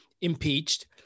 impeached